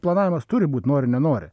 planavimas turi būt nori nenori